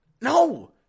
no